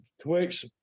Twix